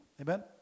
Amen